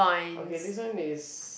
okay this one is